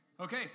Okay